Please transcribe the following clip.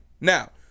now